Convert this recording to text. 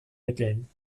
mitteln